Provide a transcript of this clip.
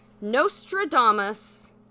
Nostradamus